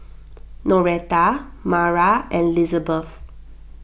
Noreta Mara and Lizabeth